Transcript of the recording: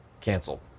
canceled